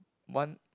one